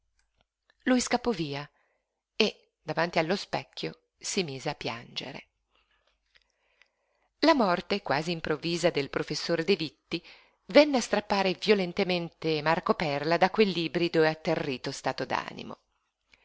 lui scappò via e davanti allo specchio si mise a piangere la morte quasi improvvisa del professor de vitti venne a strappare violentemente marco perla da quell'ibrido e atterrito stato